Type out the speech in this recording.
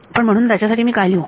पण म्हणून याच्यासाठी मी काय लिहू